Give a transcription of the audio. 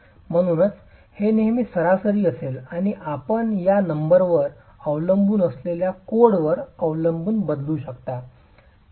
म्हणूनच हे नेहमीच सरासरी असेल आणि आपण या नंबरवर अवलंबून असलेल्या कोडवर अवलंबून बदलू शकता